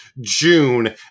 June